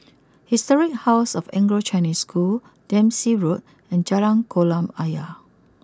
Historic house of Anglo Chinese School Dempsey Road and Jalan Kolam Ayer